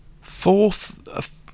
Fourth